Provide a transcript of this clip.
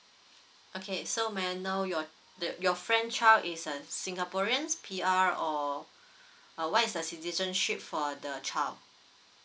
okay so may I know your the your friend child is uh singaporeans P_R or or err what is the citizenship for the child